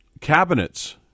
cabinets